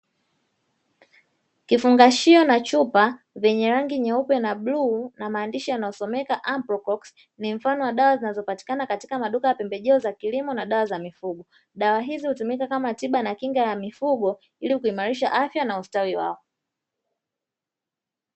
Kifungashio na chupa vyenye rangi nyeupe na bluu na maandishi yanayosomeka ''Ampiclox'' ni mfano wa dawa zinazopatikana katika maduka ya pembejeo za kilimo na dawa za mifugo. Dawa hizo hutumika kama kinga na tiba ya mifugo ili kuimarisha afya na ustawi wao.